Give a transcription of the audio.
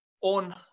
on